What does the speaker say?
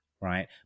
right